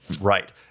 Right